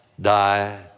die